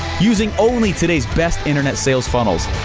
using only today's best internet sales funnels.